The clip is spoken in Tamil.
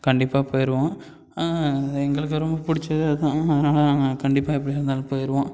கண்டிப்பாக போயிடுவோம் எங்களுக்கு ரொம்ப பிடிச்சது அதுதான் அதனால நாங்கள் கண்டிப்பாக எப்படியா இருந்தாலும் போயிடுவோம்